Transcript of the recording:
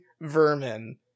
vermin